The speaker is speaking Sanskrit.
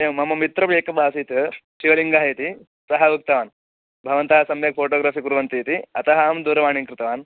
एवं मम मित्रः एकः आसीत् शिवलिङ्गः इति सः उक्तवान् भवन्तः सम्यक् फ़ोटोग्राफ़ि कुर्वन्ति इति अतः अहं दूरवाणीं कृतवान्